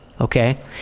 okay